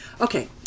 Okay